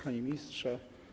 Panie Ministrze!